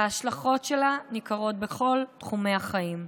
ההשלכות שלה ניכרות בכל תחומי החיים,